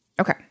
Okay